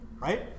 Right